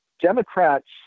Democrats